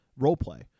roleplay